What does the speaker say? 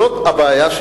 זאת הבעיה,